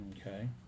Okay